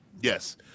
Yes